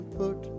put